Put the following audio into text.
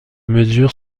mesures